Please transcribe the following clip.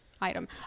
item